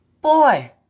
Boy